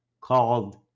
called